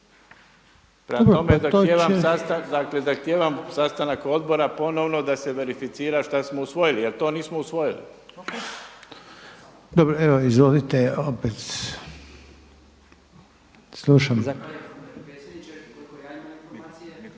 prema tome zahtijevam sastanak odbora ponovo da se verificira šta smo usvojili jer to nismo usvojili. **Reiner, Željko